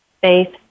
faith